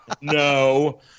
No